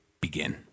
Begin